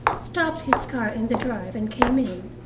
stopped his car in the drive and came in.